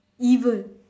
evil